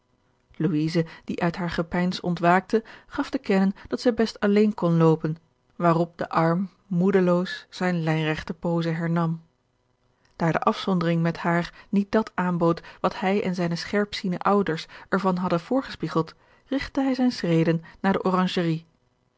die uit haar gepeins ontwaakte gaf te kennen dat zij best alleen kon loopen waarop de arm moedeloos zijne lijnregte pose hernam daar de afzondering met haar niet dat aanbood wat hij en zijne scherpziende ouders zich er van hadden voorgespiegeld rigtte hij zijne schreden naar de oranjerie